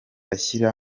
ashyira